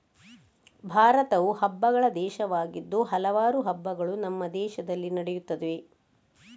ಭಾರತವು ಹಬ್ಬಗಳ ದೇಶವಾಗಿದ್ದು ಹಲವಾರು ಹಬ್ಬಗಳು ನಮ್ಮ ದೇಶದಲ್ಲಿ ನಡೆಯುತ್ತವೆ